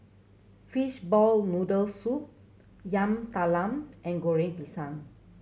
fishball noodle soup Yam Talam and Goreng Pisang